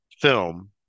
film